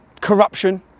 corruption